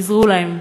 עזרו להם.